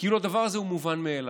כאילו הדבר הזה מובן מאליו.